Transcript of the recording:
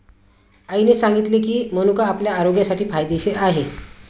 आईने सांगितले की, मनुका आपल्या आरोग्यासाठी फायदेशीर आहे